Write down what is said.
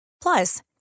Plus